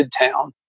Midtown